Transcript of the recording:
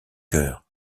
cœur